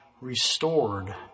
restored